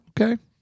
Okay